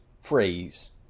phrase